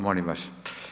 Molim vas.